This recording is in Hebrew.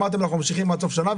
אמרתם: ממשיכים עד סוף שנה.